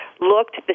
looked